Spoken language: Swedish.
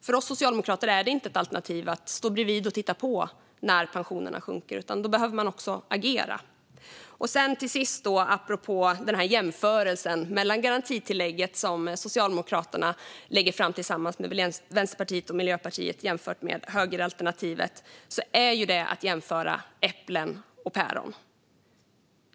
För oss socialdemokrater är det inte ett alternativ att stå bredvid och titta på när pensionerna sjunker, utan då behöver man också agera. Till sist, apropå garantitillägget som Socialdemokraterna lägger fram tillsammans med Vänsterpartiet och Miljöpartiet: att jämföra det och högeralternativet är att jämföra äpplen och päron.